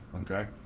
okay